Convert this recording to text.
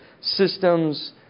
systems